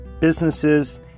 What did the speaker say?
businesses